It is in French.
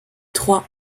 trois